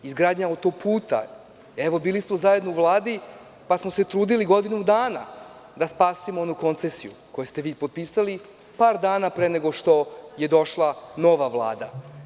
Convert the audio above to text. Legalizacija autoputa, evo bili smo zajedno u Vladi, pa smo se trudili godinu dana da spasimo onu koncesiju koju ste vi potpisali par dana pre nego što je došla nova Vlada.